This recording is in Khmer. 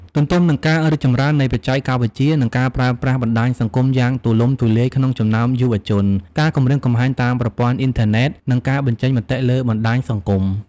ទន្ទឹមនឹងការរីកចម្រើននៃបច្ចេកវិទ្យា និងការប្រើប្រាស់បណ្តាញសង្គមយ៉ាងទូលំទូលាយក្នុងចំណោមយុវជន ការគំរាមកំហែងតាមប្រព័ន្ធអ៊ីនធឺណិត និងការបញ្ចេញមតិលើបណ្តាញសង្គម។